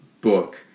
book